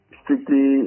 strictly